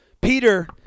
Peter